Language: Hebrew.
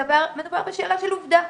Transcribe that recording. מדובר בשאלה של עובדה,